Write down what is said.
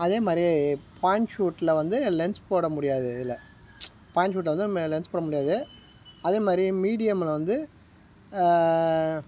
அதே மாதிரியே பாய்ண்ட் ஷூட்டில் வந்து லென்ஸ் போட முடியாது இதில் பாய்ண்ட் ஷூட்டில் வந்து நம்ம லென்ஸ் போட முடியாது அதே மாதிரி மீடியமில் வந்து